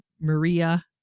Maria